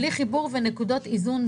בלי חיבור ונקודות איזון.